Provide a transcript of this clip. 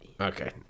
Okay